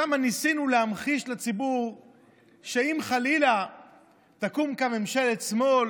שם ניסינו להמחיש לציבור שאם חלילה תקום כאן ממשלת שמאל